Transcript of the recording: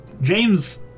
James